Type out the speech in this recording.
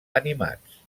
animats